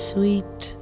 Sweet